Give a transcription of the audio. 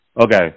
Okay